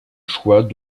choix